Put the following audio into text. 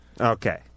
Okay